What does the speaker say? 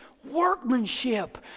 Workmanship